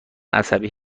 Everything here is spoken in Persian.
عصبی